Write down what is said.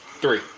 Three